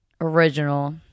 original